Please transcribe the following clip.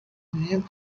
name